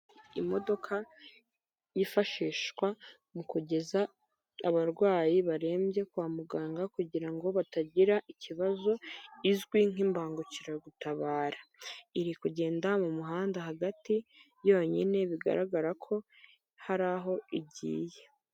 Imodoka yifashishwa mu kugeza abarwayi barembye kwa muganga kugira ngo batagira ikibazo izwi nk'imbangukiragutabara iri kugenda mu muhanda hagati yonyine bigaragara ko hari aho igiye.